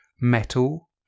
metal